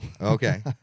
Okay